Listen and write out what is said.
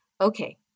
Okay